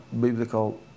biblical